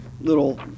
little